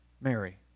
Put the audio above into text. Mary